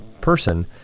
person